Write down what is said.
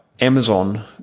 Amazon